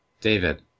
David